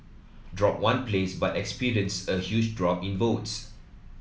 drop one place but experienced a huge drop in votes